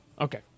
Okay